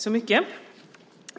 Fru talman!